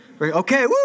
Okay